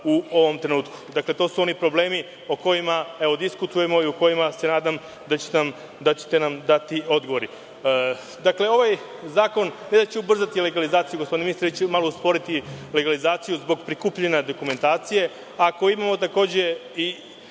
u ovom trenutku. Dakle to su oni problemi o kojima diskutujemo i u kojima se nadam da ćete nam dati odgovor. Dakle, ovaj zakon ne da će ubrzati legalizaciju gospodine ministre već će malo usporiti legalizaciju zbog prikupljanja dokumentacije. Imamo takođe